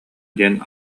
диэн